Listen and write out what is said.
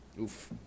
Oof